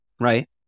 right